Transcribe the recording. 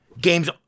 games